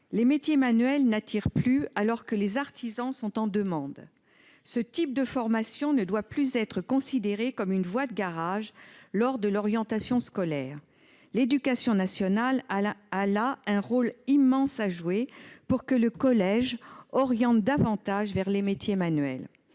Les métiers manuels n'attirent plus, alors que les artisans sont en demande. Ce type de formation ne doit plus être considéré comme une voie de garage lors de l'orientation scolaire. L'éducation nationale a un rôle immense à jouer pour que le collège oriente davantage vers les métiers manuels.